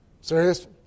Serious